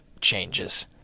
changes